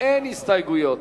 אין הסתייגויות.